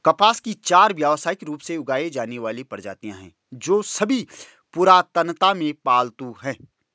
कपास की चार व्यावसायिक रूप से उगाई जाने वाली प्रजातियां हैं, जो सभी पुरातनता में पालतू हैं